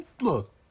Look